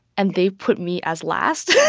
and they put me as last.